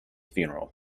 funeral